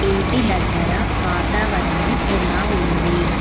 ఇంటి దగ్గర వాతావరణం ఎలా ఉంది